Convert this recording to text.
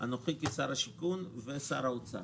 אנוכי כשר הבינוי והשיכון ושר האוצר.